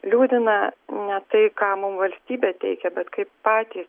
liūdina ne tai ką mum valstybė teikia bet kaip patys